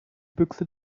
büchse